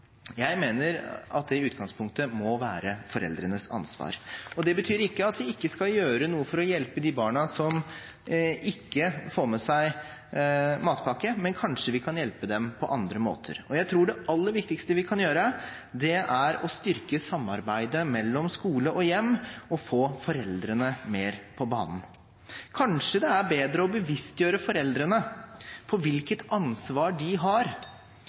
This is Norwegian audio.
Det betyr ikke at vi ikke skal gjøre noe for å hjelpe de barna som ikke får med seg matpakke, men kanskje vi kan hjelpe dem på andre måter. Jeg tror det aller viktigste vi kan gjøre, er å styrke samarbeidet mellom skole og hjem og få foreldrene mer på banen. Kanskje det er bedre å bevisstgjøre foreldrene på hvilket ansvar de har,